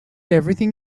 everything